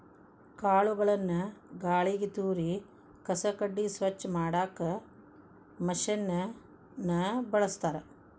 ಕಾಳುಗಳನ್ನ ಗಾಳಿಗೆ ತೂರಿ ಕಸ ಕಡ್ಡಿ ಸ್ವಚ್ಛ ಮಾಡಾಕ್ ಮಷೇನ್ ನ ಬಳಸ್ತಾರ